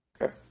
Okay